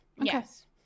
Yes